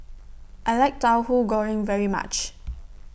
I like Tauhu Goreng very much